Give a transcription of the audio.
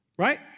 Right